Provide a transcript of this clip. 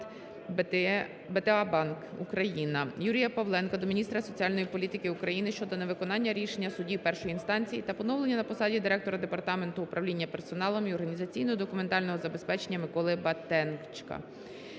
"БТА Банк" (Україна). Юрія Павленка до міністра соціальної політики України щодо невиконання рішень судів першої інстанції та поновлення на посаді директора Департаменту управління персоналом і організаційно-документального забезпечення Миколи Батечка.